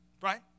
right